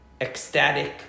ecstatic